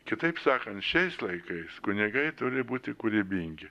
kitaip sakant šiais laikais kunigai turi būti kūrybingi